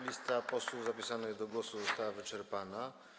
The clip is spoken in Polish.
Lista posłów zapisanych do głosu została wyczerpana.